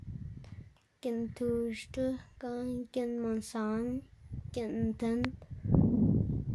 giꞌn tuxdl gana giꞌn mansan, giꞌn tind.